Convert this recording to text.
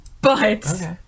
But-